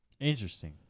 Interesting